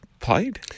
Played